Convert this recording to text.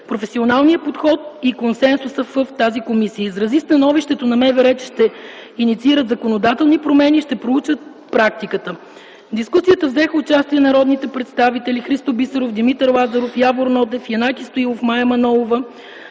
професионалния подход и консенсуса в нея. Изрази становището на МВР, че ще инициират законодателни промени и ще проучат практиката. В дискусията взеха участие народните представители Искра Фидосова, Христо Бисеров, Димитър Лазаров, Явор Нотев, Янаки Стоилов, Мая Манолова,